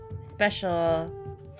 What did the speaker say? special